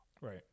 Right